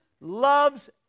loves